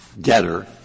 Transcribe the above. debtor